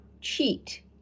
cheat